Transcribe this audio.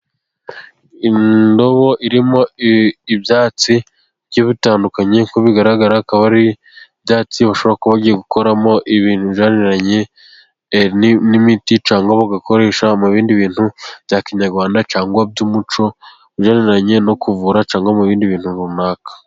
Indobo irimo ibyatsi bitandukanye. Uko ibigaragara akaba ari byatsi bashobora kongera gukoramo ibintu bijyaniranye n'imiti cyangwa bagakoresha mu bindi bintu bya kinyarwanda cyangwa by'umuco ujyaniranye no kuvura cyangwa mu bindi bintu runaka.